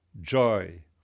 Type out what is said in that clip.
joy